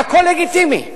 הכול לגיטימי,